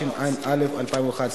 התשע"א 2011,